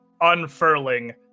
unfurling